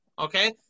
okay